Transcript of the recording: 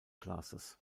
classes